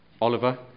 Oliver